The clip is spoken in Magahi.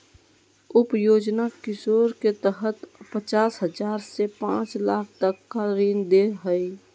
उप योजना किशोर के तहत पचास हजार से पांच लाख तक का ऋण दे हइ